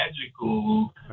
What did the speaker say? magical